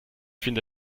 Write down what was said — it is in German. finde